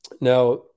Now